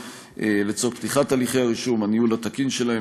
לצורך פתיחת הליך הרישום והניהול התקין שלהם,